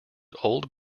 old